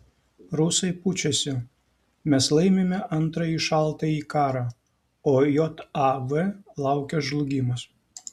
rusai pučiasi mes laimime antrąjį šaltąjį karą o jav laukia žlugimas